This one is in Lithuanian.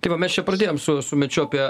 tai va mes čia pradėjom su su mečiu apie